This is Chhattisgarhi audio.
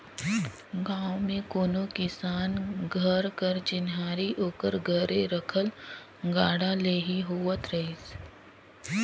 गाँव मे कोनो किसान घर कर चिन्हारी ओकर घरे रखल गाड़ा ले ही होवत रहिस